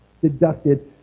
deducted